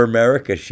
America